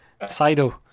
Sido